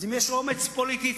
אם יש אומץ פוליטי,